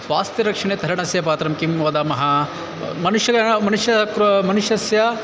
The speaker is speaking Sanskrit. स्वास्थ्यरक्षणे तरणस्य पात्रं किं वदामः मनुष्यः मनुष्यस्य कृ मनुष्यस्य